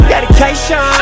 Dedication